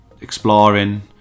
exploring